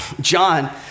John